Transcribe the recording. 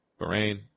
Bahrain